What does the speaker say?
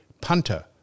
punter